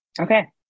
Okay